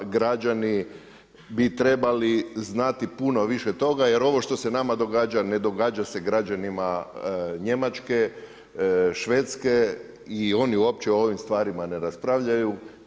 Građani bi trebali znati puno više toga, jer ovo što se nama događa, ne događa se građanima Njemačke, Švedske i oni uopće o ovim stvarima ne raspravljaju.